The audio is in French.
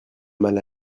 mal